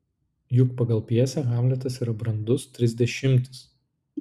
juk pagal pjesę hamletas yra brandus trisdešimtis